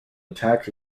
attacks